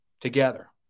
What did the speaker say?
together